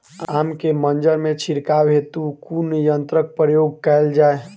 आम केँ मंजर मे छिड़काव हेतु कुन यंत्रक प्रयोग कैल जाय?